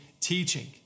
teaching